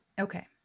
Okay